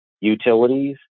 utilities